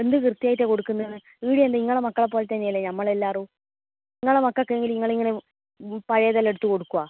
എന്ത് കൃത്യമായിട്ടാണ് കൊടുക്കുന്നത് ഇവിടെ നിങ്ങളുടെ മക്കളെ പോലെ തന്നെയല്ലേ നമ്മളെല്ലാവരും നിങ്ങളുടെ മക്കൾക്കെങ്കിൽ നിങ്ങളിങ്ങനെ ഉ പഴയതെല്ലാം എടുത്ത് കൊടുക്കുമോ